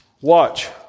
Watch